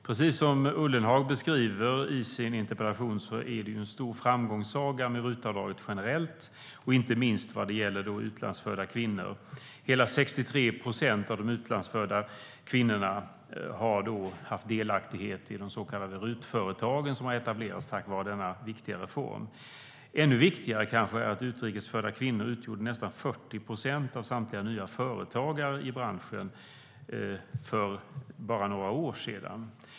Precis som Ullenhag beskriver i sin interpellation är det en stor framgångssaga med RUT-avdraget generellt och inte minst när det gäller utlandsfödda kvinnor. Hela 63 procent av de utlandsfödda kvinnorna har haft delaktighet i de så kallade RUT-företagen, som har etablerats tack vare denna viktiga reform. Ännu viktigare är det kanske att utrikes födda kvinnor utgjorde nästan 40 procent av samtliga nya företagare i branschen för bara några år sedan.